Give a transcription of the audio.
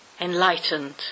enlightened